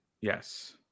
Yes